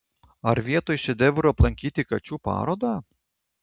ar vietoj šedevrų aplankyti kačių parodą